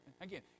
Again